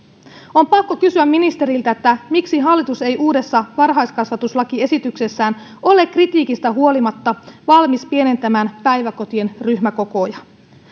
on pakko kysyä ministeriltä miksi hallitus ei uudessa varhaiskasvatuslakiesityksessään ole kritiikistä huolimatta valmis pienentämään päiväkotien ryhmäkokoja